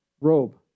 robe